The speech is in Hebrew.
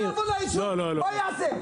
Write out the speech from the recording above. הוא יבוא ליישוב, מה הוא יעשה?